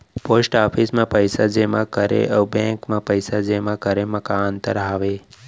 post office मा पइसा जेमा करे अऊ बैंक मा पइसा जेमा करे मा का अंतर हावे